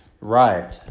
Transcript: Right